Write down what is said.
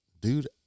dude